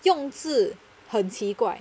用字很奇怪